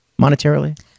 monetarily